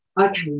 okay